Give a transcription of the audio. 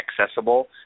accessible